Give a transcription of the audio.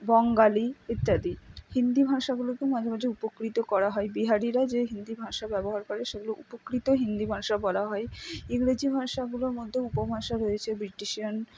বঙ্গালী ইত্যাদি হিন্দি ভাষাগুলোকেও মাঝে মাঝে উপকৃত করা হয় বিহারিরা যে হিন্দি ভাষা ব্যবহার করে সেগুলো উপকৃত হিন্দি ভাষা বলা হয় ইংরেজি ভাষাগুলোর মধ্যেও উপভাষা রয়েছে ব্রিটিশিয়ান